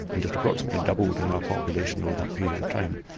and it approximately doubled in our population over that period of time.